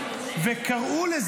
הרבנים ולא דומה לחוק הרבנים.